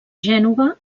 gènova